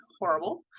horrible